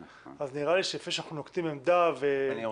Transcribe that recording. אז נראה לי שלפני שאנחנו נוקטים עמדה ודעה